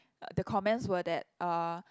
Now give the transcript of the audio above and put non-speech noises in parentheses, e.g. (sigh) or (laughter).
(noise) the comments were that uh